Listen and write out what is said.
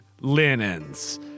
linens